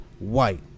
White